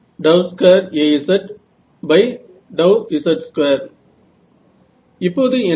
Ez jAz j002Azz21j00k2Az2Azz2 இப்போது என்ன